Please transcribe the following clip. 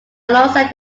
alongside